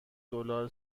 دلار